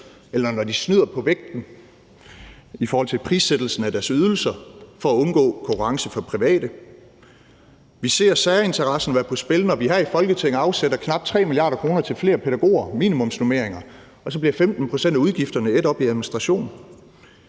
eller når de snyder på vægten i forhold til prissætningen af deres ydelser for at undgå konkurrence fra private. Vi ser særinteresser være på spil, når vi her i Folketinget afsætter knap 3 mia. kr. til flere pædagoger, minimumsnormeringer, og så bliver 15 pct. af udgifterne ædt op af administration.